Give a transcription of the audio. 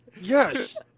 Yes